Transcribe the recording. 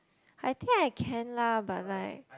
I think I can lah but like